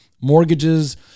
mortgages